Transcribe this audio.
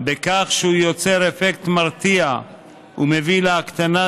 בכך שהוא יוצר אפקט מרתיע ומביא להקטנת